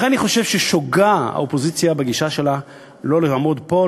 לכן אני חושב ששוגה האופוזיציה בגישה שלה לא לעמוד פה,